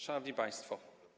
Szanowni Państwo!